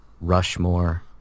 Rushmore